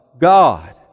God